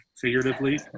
figuratively